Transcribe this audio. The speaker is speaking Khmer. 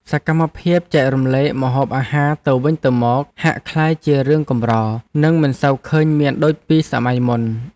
សកម្មភាពចែករំលែកម្ហូបអាហារទៅវិញទៅមកហាក់ក្លាយជារឿងកម្រ និងមិនសូវឃើញមានដូចពីសម័យមុន។